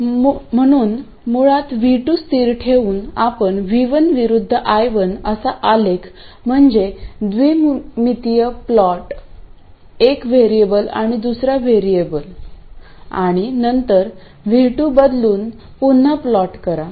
म्हणून मुळात V2 स्थिर ठेवून आपण V1 विरुद्ध I1 असा आलेख म्हणजे द्विमितीय प्लॉट एक व्हेरिएबल विरूद्ध दुसरा व्हेरिएबल आणि नंतर V2 बदलून पुन्हा प्लॉट करा